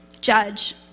judge